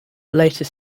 later